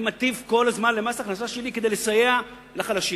אני מטיף כל הזמן למס הכנסה שלילי כדי לסייע לחלשים.